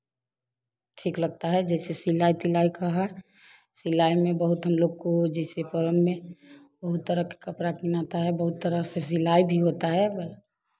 ठीक लगता है जैसे सिलाई तिलाई का है सिलाई में बहुत हम लोग को जैसे पोर्म में बहुत तरह का कपड़ा किनाता है बहुत तरह से सिलाई भी होता है